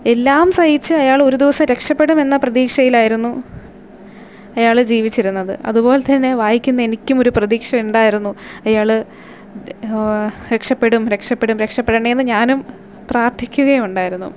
എല്ലാം സഹിച്ച് അയാൾ ഒരു ദിവസം രക്ഷപ്പെടുമെന്ന പ്രതീക്ഷയിലായിരുന്നു അയാൾ ജീവിച്ചിരുന്നത് അതുപോലെ തന്നെ വായിക്കുന്ന എനിക്കും ഒരു പ്രതീക്ഷ ഉണ്ടായിരുന്നു അയാൾ രക്ഷപ്പെടും രക്ഷപ്പെടും രക്ഷപ്പെടണേന്നും ഞാനും പ്രാർത്ഥിക്കുകയും ഉണ്ടായിരുന്നു